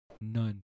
None